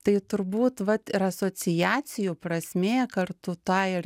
tai turbūt vat ir asociacijų prasmė kartu tą ir